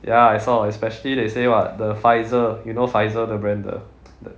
ya I saw especially they say what the Pfizer you know Pfizer the brand the